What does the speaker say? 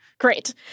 Great